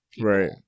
Right